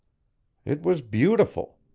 it was beautiful!